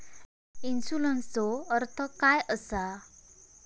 इन्शुरन्सचो अर्थ काय असा?